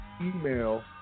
email